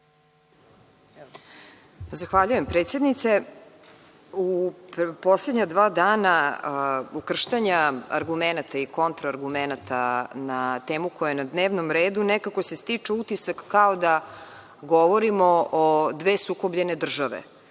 Zahvaljujem, predsednice.U poslednja dva dana ukrštanja argumenata i kontraargumenata na temu koja je na dnevnom redu nekako se stiče utisak kao da govorimo o dve sukobljene države,